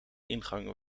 ingang